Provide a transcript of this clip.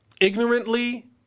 ignorantly